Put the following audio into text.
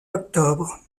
octobre